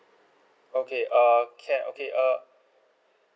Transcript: okay err can okay err